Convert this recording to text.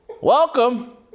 Welcome